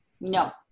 no